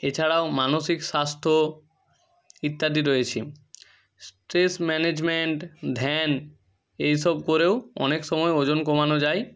এছাড়াও মানসিক স্বাস্থ্য ইত্যাদি রয়েছে স্ট্রেস ম্যানেজমেন্ট ধ্যান এইসব করেও অনেকসময় ওজন কমানো যায়